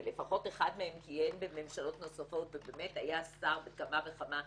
ולפחות אחד מהם כיהן בממשלות נוספות והיה שר בכמה וכמה משרדים,